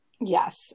Yes